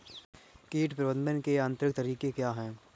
कीट प्रबंधक के यांत्रिक तरीके क्या हैं?